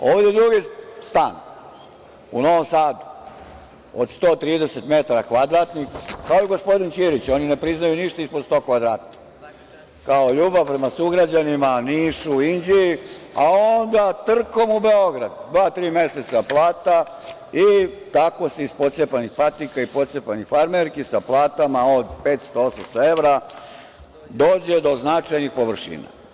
Ovaj drugi stan u Novom Sadu od 130 m2, kao i gospodin Ćirić, oni ne priznaju ništa ispod 100 kvadrata, kao ljubav prema sugrađanima, Nišu, Inđiji, a onda trkom u Beogradu, dva – tri meseca plata i tako se iz pocepanih patika, iz pocepanih farmerki sa platama od 500, 800 evra dođe do značajnih površina.